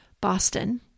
Boston